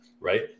Right